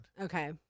Okay